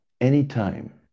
anytime